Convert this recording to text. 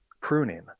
pruning